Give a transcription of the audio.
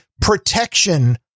protection